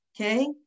okay